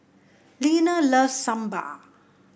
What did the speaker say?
Linna loves Sambar